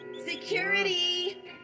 Security